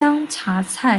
香茶菜属